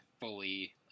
fully